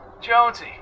Jonesy